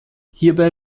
hierbei